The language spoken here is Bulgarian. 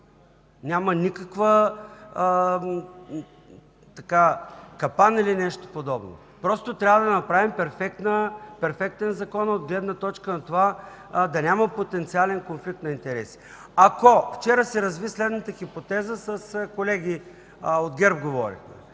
Няма капан или нещо подобно. Трябва да направим перфектен закон от гледна точка да няма потенциален конфликт на интереси. Вчера се разви следната хипотеза с колеги от ГЕРБ. Ако